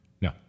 No